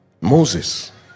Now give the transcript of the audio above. Moses